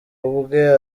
ubwe